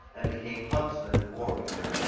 and became huntsmen and warriors.